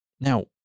Now